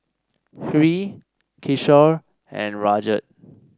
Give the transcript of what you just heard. Hri Kishore and Rajat